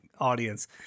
audience